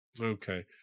Okay